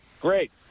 Great